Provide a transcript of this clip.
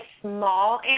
small